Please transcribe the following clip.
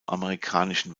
amerikanischen